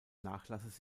nachlasses